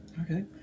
okay